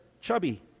chubby